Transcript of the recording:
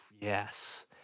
Yes